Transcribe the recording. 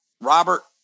Robert